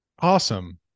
Awesome